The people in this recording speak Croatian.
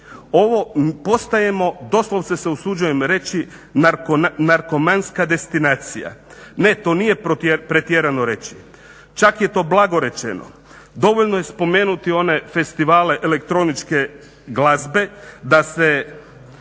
Ovo postajemo doslovce se usuđujem reći narkomanska destinacija. Ne to nije pretjerano reći, čak je to blago rečeno. Dovoljno je spomenuti one festivale elektroničke glazbe da se